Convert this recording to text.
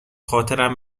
خاطرم